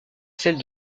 celle